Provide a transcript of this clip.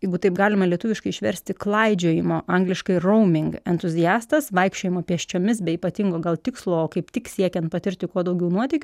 jeigu taip galima lietuviškai išversti klaidžiojimo angliškai rouming entuziastas vaikščiojimo pėsčiomis be ypatingo gal tikslo o kaip tik siekiant patirti kuo daugiau nuotykių